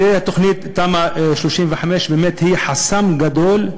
תמ"א 35 היא באמת חסם גדול,